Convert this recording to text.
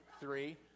three